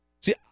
See